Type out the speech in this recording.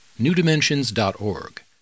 newdimensions.org